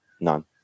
none